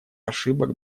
ошибок